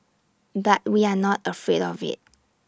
but we are not afraid of IT